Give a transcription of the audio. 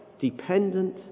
dependent